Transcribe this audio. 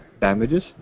damages